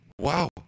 wow